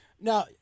Now